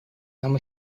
нам